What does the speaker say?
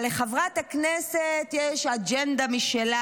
אבל לחברת הכנסת יש אג'נדה משלה: